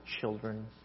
children